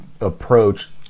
approach